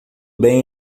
bem